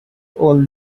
all